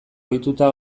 ohituta